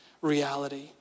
reality